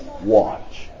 watch